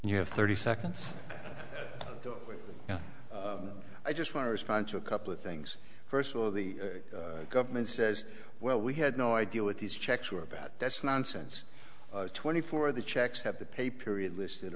you have thirty seconds now i just want to respond to a couple of things first of all the government says well we had no idea what these checks were about that's nonsense twenty four the checks have to pay period listed